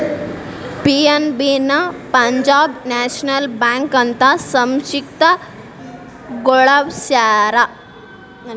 PNB ನ Punjab National Bank ಅಂತ ಸಂಕ್ಷಿಪ್ತ ಗೊಳಸ್ಯಾರ